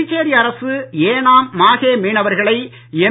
புதுச்சேரி அரசு ஏனாம் மாஹே மீனவர்களை எம்